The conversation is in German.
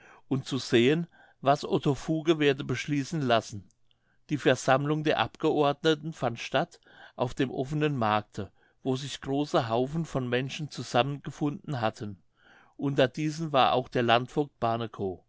und zu sehen was otto fuge werde beschließen lassen die versammlung der abgeordneten fand statt auf dem offnen markte wo sich große haufen von menschen zusammengefunden hatten unter diesen war auch der landvogt barnekow